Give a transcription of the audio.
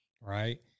right